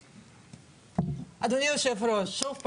אדוני היו"ר, שוב פעם,